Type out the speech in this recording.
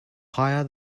higher